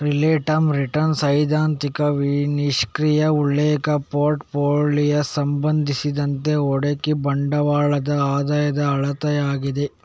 relative return ಸೈದ್ಧಾಂತಿಕ ನಿಷ್ಕ್ರಿಯ ಉಲ್ಲೇಖ ಪೋರ್ಟ್ ಫೋಲಿಯೊ ಸಂಬಂಧಿಸಿದಂತೆ ಹೂಡಿಕೆ ಬಂಡವಾಳದ ಆದಾಯದ ಅಳತೆಯಾಗಿದೆ